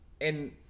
and-